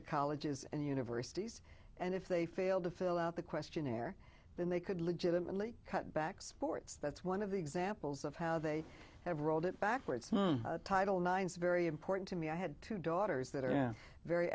the colleges and universities and if they failed to fill out the questionnaire then they could legitimately cut back sports that's one of the examples of how they have rolled it back where it's title nine so very important to me i had two daughters that are